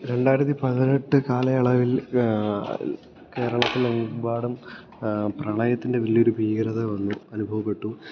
രണ്ടായിരത്തി പതിനെട്ട് കാലയളവിൽ കേരളത്തിലെമ്പാടും പ്രളയത്തിൻ്റെ വലിയൊരു ഭീകരത വന്നു അനുഭവപ്പെട്ടു